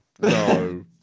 no